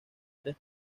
tres